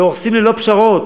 והורסים ללא פשרות.